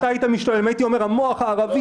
אתה היית משתולל אם הייתי אומר: המוח הערבי